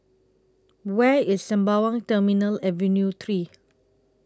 Where IS Sembawang Terminal Avenue three